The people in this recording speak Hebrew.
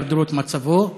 לנוכח הידרדרות מצבו,